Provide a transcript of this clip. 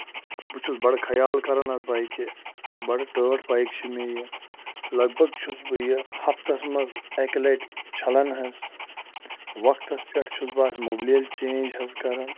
بہٕ چھس بَڑٕ خیال کران اَتھ بایکہِ بَڑٕ ٹٲٹھۍ بایک چھِ مےٚ یہِ لگ بگ چھُس بہٕ یہِ ہَفتس منٛز اَکہِ لَٹہِ چھلان حظ وقتس پٮ۪ٹھ چھُس بہٕ اَتھ مُبلیل چینج حظ کران